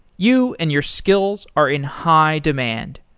you and your skills are in high demand.